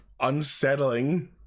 unsettling